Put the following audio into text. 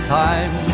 time